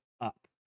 up